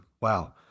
Wow